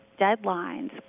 deadlines